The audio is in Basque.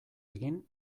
egin